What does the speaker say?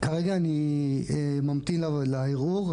כרגע אני ממתין לערעור,